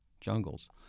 jungles